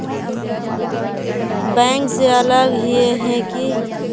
Bank से अलग हिये है की?